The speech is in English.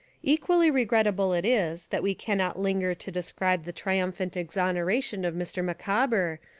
equally regrettable it is that we cannot linger to describe the triumphant exoneration of mr. micawber,